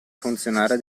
funzionare